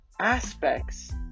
aspects